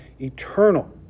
eternal